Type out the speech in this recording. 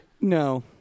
No